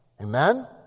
Amen